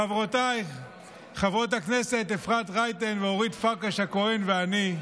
חברותיי חברות הכנסת אפרת רייטן ואורית פרקש הכהן ואני,